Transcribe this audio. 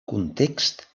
context